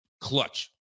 clutch